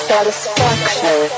Satisfaction